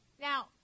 Now